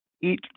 eat